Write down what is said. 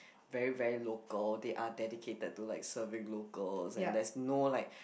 very very local they are dedicated to like serving locals and there's no like